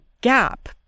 gap